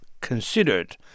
considered